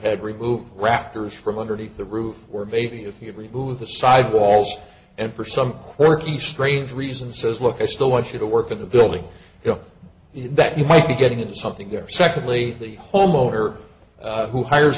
ahead remove rafters from underneath the roof or maybe if you remove the side walls and for some quirky strange reason says look i still want you to work at the building you know that you might be getting into something there secondly the homeowner who hire